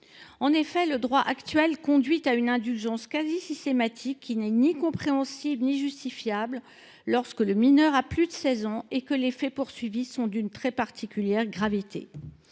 En effet, le droit actuel conduit à faire preuve d’une indulgence quasi systématique, qui n’est ni compréhensible ni justifiable, lorsque le mineur a plus de 16 ans et que les faits poursuivis sont d’une très particulière gravité.